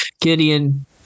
Gideon